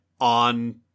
on